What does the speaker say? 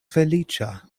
feliĉa